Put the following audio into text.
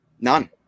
None